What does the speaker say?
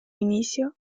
inicio